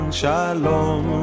shalom